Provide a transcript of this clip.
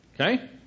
Okay